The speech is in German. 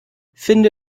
finde